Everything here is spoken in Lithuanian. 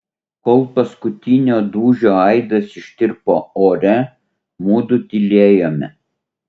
kol paskutinio dūžio aidas ištirpo ore mudu tylėjome